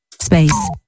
Space